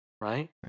right